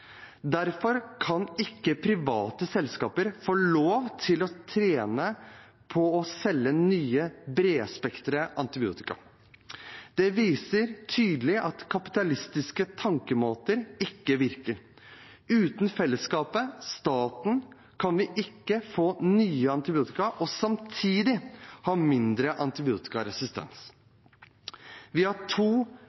Derfor kan ikke private selskaper få lov til å tjene på å selge nye bredspektrede antibiotika. Det viser tydelig at kapitalistiske tenkemåter ikke virker. Uten fellesskapet, staten, kan vi ikke få nye antibiotika og samtidig ha mindre antibiotikaresistens.